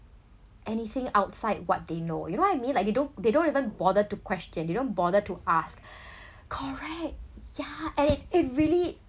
anything outside what they know you know what I mean like they don't they don't even bother to question they don't bother to ask correct yeah and it it really